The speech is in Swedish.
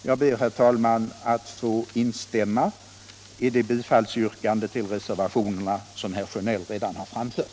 Jag ber, herr talman, att få instämma i det yrkande om bifall till reservationerna som herr Sjönell redan har ställt.